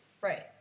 Right